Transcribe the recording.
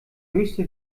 höchste